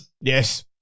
Yes